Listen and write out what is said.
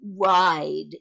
ride